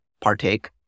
partake